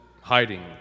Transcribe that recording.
hiding